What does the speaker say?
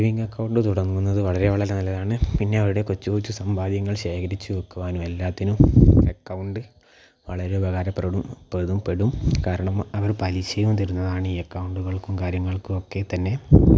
saving account തുടങ്ങുന്നത് വളരെ വളരെ നല്ലതാണ് പിന്നെ അവരുടെ കൊച്ച് കൊച്ച് സമ്പാദ്യങ്ങൾ ശേഖരിച്ചു വെയ്ക്കുവാനും എല്ലാത്തിനും അക്കൗണ്ട് വളരെ ഉപകാരപ്രദം പ്രദം പെടും കാരണം അവർ പലിശയും തരുന്നതാണ് ഈ അക്കൗണ്ടുകൾക്കും കാര്യങ്ങൾക്കൊക്കെ തന്നെ